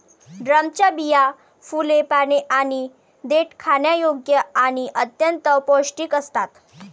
ड्रमच्या बिया, फुले, पाने आणि देठ खाण्यायोग्य आणि अत्यंत पौष्टिक असतात